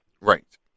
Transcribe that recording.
Right